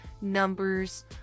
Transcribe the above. numbers